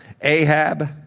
Ahab